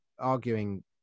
arguing